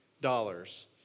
dollars